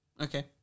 Okay